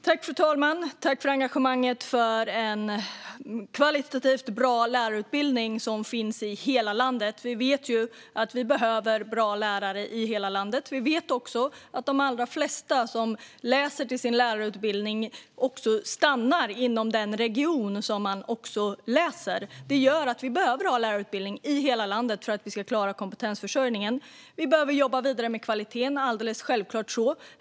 Fru talman! Tack, Emma Ahlström Köster, för engagemanget för en kvalitativt bra lärarutbildning som finns i hela landet. Vi vet att vi behöver bra lärare i hela landet. Vi vet också att de allra flesta som läser på lärarutbildningen också stannar inom den region där de läst. Detta gör att vi behöver ha lärarutbildning i hela landet för att vi ska klara kompetensförsörjningen. Vi behöver jobba vidare med kvaliteten; det är alldeles självklart.